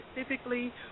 specifically